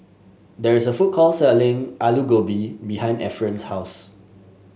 there is a food court selling Alu Gobi behind Efren's house